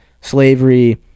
slavery